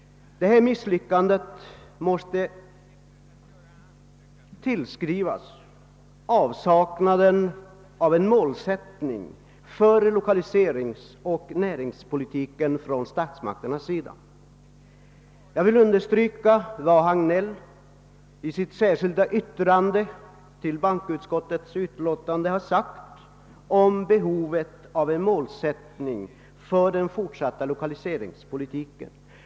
Detta misslyckande måste tillskrivas avsaknaden av en målsättning för lokaliseringsoch näringspolitiken från statsmakternas sida. Jag vill understryka vad herr Hagnell i sitt särskilda yttrande till ban koutskottets utlåtande har sagt om behovet av en målsättning för den fortsatta lokaliseringspolitiken.